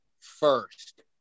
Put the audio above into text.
first